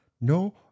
no